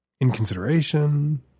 inconsideration